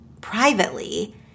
privately